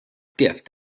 gift